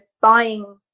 buying